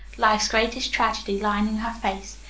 life's greatest tragedy lining her face,